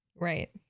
Right